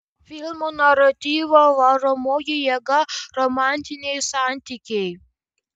filmo naratyvo varomoji jėga romantiniai santykiai